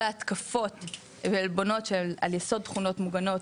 ההתקפות ועלבונות שעל יסוד תכונות מוגנות,